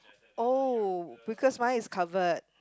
oh because mine is covered